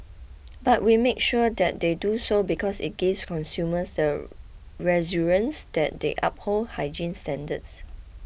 but we make sure that they do so because it gives consumers the reassurance that they uphold hygiene standards